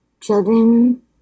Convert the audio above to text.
children